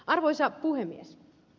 arvoisa puhemies